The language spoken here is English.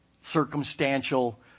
circumstantial